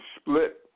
split